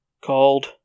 called